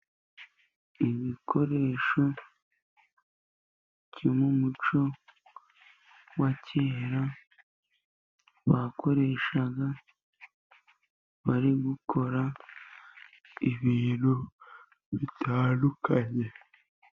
Ibikoresho byo mu muco wa kera bakoreshaga bari gukora ibintu bitandukanye.